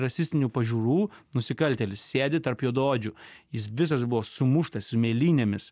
rasistinių pažiūrų nusikaltėlis sėdi tarp juodaodžių jis visas buvo sumuštas su mėlynėmis